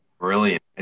Brilliant